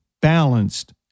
balanced